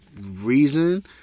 reason